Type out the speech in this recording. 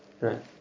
Right